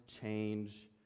change